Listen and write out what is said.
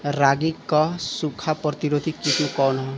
रागी क सूखा प्रतिरोधी किस्म कौन ह?